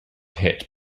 hit